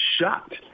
shocked